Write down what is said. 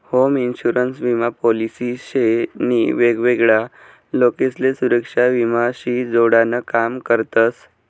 home insurance विमा policy शे नी वेगवेगळा लोकसले सुरेक्षा विमा शी जोडान काम करतस